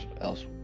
else